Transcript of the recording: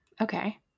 Okay